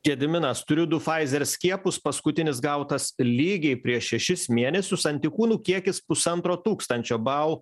gediminas turiu du faizer skiepus paskutinis gautas lygiai prieš šešis mėnesius antikūnų kiekis pusantro tūkstančio bau